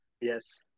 Yes